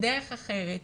בדרך אחרת